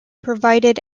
provided